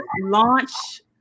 launch